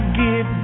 get